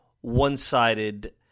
one-sided